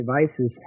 devices